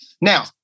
now